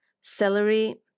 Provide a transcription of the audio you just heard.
celery